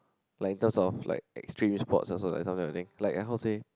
like in terms of like extreme sports also like something I think like how say